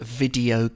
video